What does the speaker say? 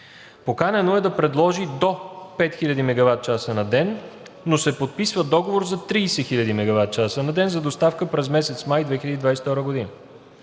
Поканено е да предложи до 5000 мегаватчаса на ден, но се подписва договор за 30 000 мегаватчаса на ден за доставка през месец май 2022 г.